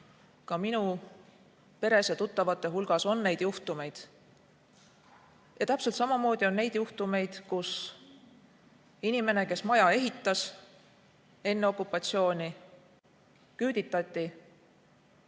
ka minu peres ja tuttavate hulgas on neid juhtumeid. Täpselt samamoodi on neid juhtumeid, kus inimene, kes ehitas maja enne okupatsiooni, küüditati.